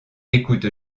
écoute